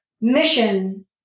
mission